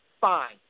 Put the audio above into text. fine